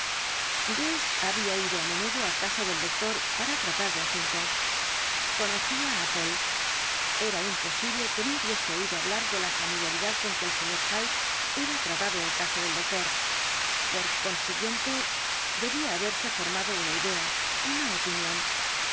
guest había ido á menudo á casa del doctor para tratar de asuntos conocía á poole era imposible que no hubiese oído hablar de la familiaridad con que el sr hyde era tratado en casa del doctor por consiguiente debía haberse formado una idea una opinión no